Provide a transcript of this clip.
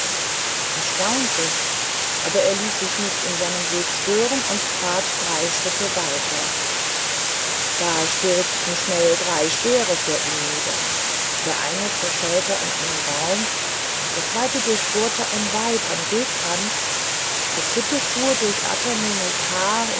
er staunte aber er ließ sich nicht in seinem weg stören und tat drei schritte weiter da stürzten schnell drei speere vor ihm nieder der eine zerschellte an einem baum der zweite durchbohrte ein weib am wegrand der dritte fuhr durch ata monos haar